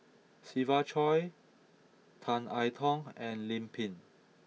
Siva Choy Tan I Tong and Lim Pin